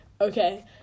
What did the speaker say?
Okay